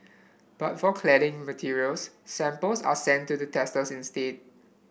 but for cladding materials samples are sent to the testers instead